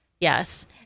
Yes